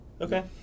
Okay